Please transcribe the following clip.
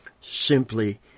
simply